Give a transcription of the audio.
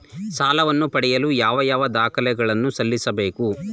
ಸಾಲವನ್ನು ಪಡೆಯಲು ಯಾವ ಯಾವ ದಾಖಲಾತಿ ಗಳನ್ನು ಸಲ್ಲಿಸಬೇಕು?